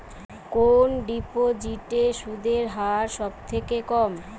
কোন ডিপোজিটে সুদের হার সবথেকে কম?